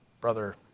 Brother